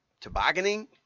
tobogganing